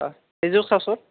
হয় এইযোৰ চাওকচোন